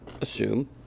assume